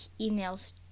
emails